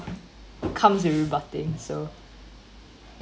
comes with rebutting so